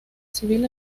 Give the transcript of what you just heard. civil